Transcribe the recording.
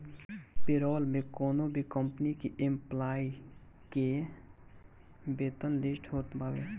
payroll में कवनो भी कंपनी के एम्प्लाई के वेतन लिस्ट होत बावे